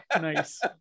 Nice